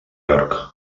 york